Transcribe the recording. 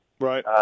Right